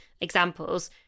examples